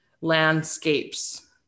landscapes